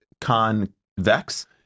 convex